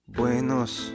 buenos